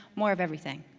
more of everything.